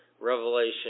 revelation